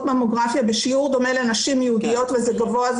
ממוגרפיה בשיעור דומה לנשים יהודיות וזה גבוה,